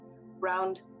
round